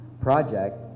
project